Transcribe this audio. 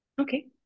Okay